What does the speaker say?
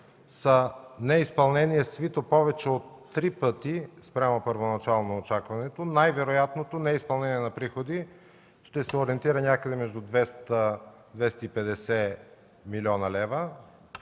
са неизпълнение, свито повече от три пъти спрямо първоначално очакваното. Най-вероятното неизпълнение на приходи ще се ориентира някъде между 200-250 млн. лв.,